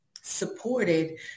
supported